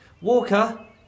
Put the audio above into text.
Walker